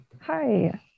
Hi